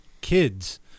kids